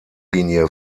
linie